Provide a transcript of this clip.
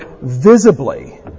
visibly